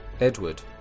Edward